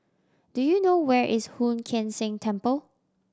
do you know where is Hoon Sian Keng Temple